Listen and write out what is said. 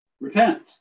Repent